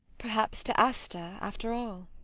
perhaps to asta, after all?